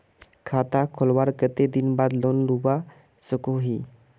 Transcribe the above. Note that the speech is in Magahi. खाता खोलवार कते दिन बाद लोन लुबा सकोहो ही?